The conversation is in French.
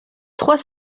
trois